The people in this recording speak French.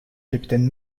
capitaine